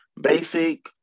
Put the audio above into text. basic